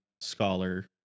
scholar